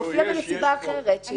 מופיע בנסיבה אחרת.